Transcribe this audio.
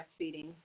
breastfeeding